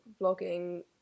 vlogging